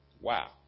Wow